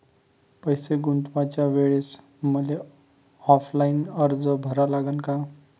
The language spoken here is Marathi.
पैसे गुंतवाच्या वेळेसं मले ऑफलाईन अर्ज भरा लागन का?